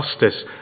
justice